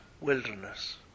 Wilderness